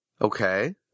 Okay